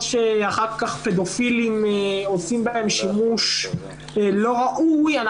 שאחר כך פדופילים עושים בהם שימוש לא ראוי,